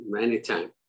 Anytime